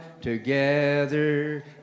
together